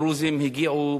הדרוזים הגיעו,